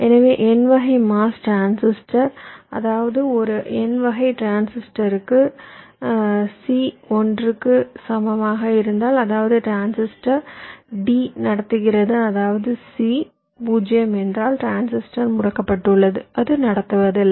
எனவே n வகை MOS transistor அதாவது ஒரு n வகை டிரான்சிஸ்டருக்கு C 1 க்கு சமமாக இருந்தால் அதாவது டிரான்சிஸ்டர் D நடத்துகிறது அதாவது C 0 என்றால் டிரான்சிஸ்டர் முடக்கப்பட்டுள்ளது அது நடத்துவதில்லை